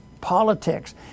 politics